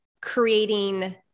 creating